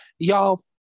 Y'all